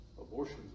Abortion